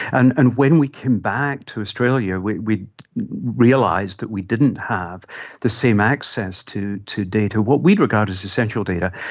and and when we came back to australia we realised that we didn't have the same access to to data, what we'd regard as essential data.